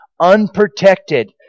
unprotected